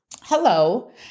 Hello